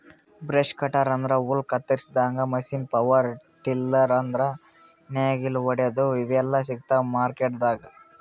brush cutter ಅಂದ್ರ ಹುಲ್ಲ್ ಕತ್ತರಸಾದ್ ಮಷೀನ್ ಪವರ್ ಟಿಲ್ಲರ್ ಅಂದ್ರ್ ನೇಗಿಲ್ ಹೊಡ್ಯಾದು ಇವೆಲ್ಲಾ ಸಿಗ್ತಾವ್ ಮಾರ್ಕೆಟ್ದಾಗ್